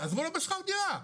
תעזרו לו בשכר דירה,